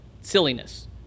silliness